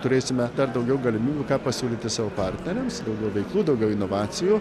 turėsime dar daugiau galimybių ką pasiūlyti savo partneriams daugiau veiklų daugiau inovacijų